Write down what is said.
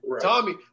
Tommy